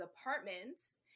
apartments